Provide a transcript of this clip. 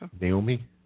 Naomi